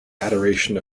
adoration